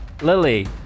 Lily